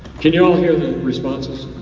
can you all hear the responses?